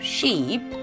Sheep